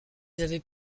avaient